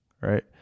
right